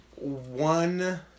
one